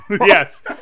Yes